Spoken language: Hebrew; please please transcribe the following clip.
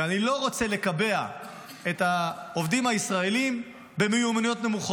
אני לא רוצה לקבע את העובדים הישראלים במיומנויות נמוכות.